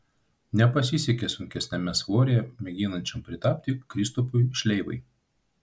nepasisekė sunkesniame svoryje mėginančiam pritapti kristupui šleivai